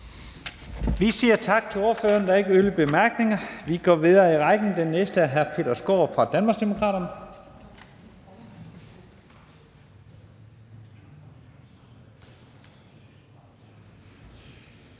Vi siger tak til ordføreren. Der er ikke yderligere bemærkninger. Vi går videre i rækken, og den næste er hr. Peter Skaarup fra Danmarksdemokraterne. Kl.